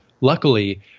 luckily